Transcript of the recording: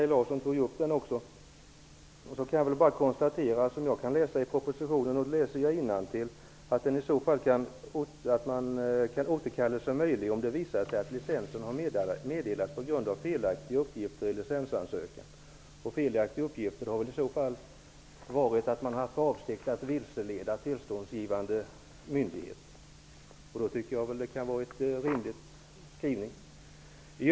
Jag kan då bara läsa innantill i propositionen, att licensen kan återkallas om det visar sig att den har meddelats på grund av felaktiga uppgifter i licensansökan. Man kan ha haft för avsikt att vilseleda tillståndsgivande myndighet. Då tycker jag att det kan vara en rimlig skrivning.